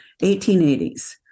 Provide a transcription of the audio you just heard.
1880s